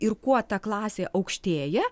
ir kuo ta klasė aukštėja